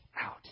out